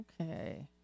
Okay